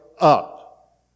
up